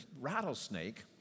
rattlesnake